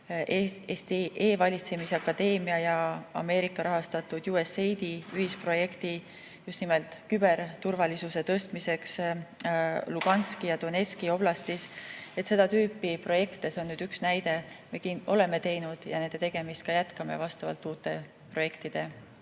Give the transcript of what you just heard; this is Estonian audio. Eesti e‑valitsemise akadeemia ja Ameerika rahastatud USAID‑i ühisprojekt just nimelt küberturvalisuse tõstmiseks Luhanski ja Donetski oblastis. See on üks näide. Seda tüüpi projekte me oleme teinud ja nende tegemist ka jätkame vastavalt uute projektide